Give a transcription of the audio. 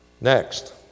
Next